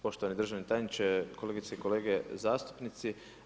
Poštovani državni tajniče, kolegice i kolege zastupnici.